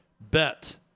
bet